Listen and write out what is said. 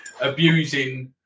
abusing